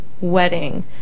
wedding